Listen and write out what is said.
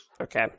Okay